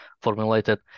formulated